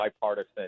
bipartisan